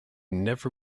never